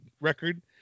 record